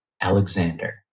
Alexander